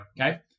Okay